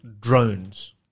drones